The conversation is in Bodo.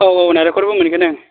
औ औ नारेंखलबो मोनगोन औ